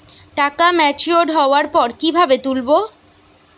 টাকা ম্যাচিওর্ড হওয়ার পর কিভাবে তুলব?